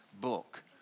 book